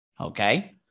Okay